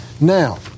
now